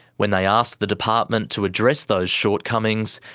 when they asked the department to address those shortcomings,